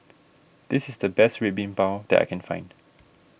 this is the best Red Bean Bao that I can find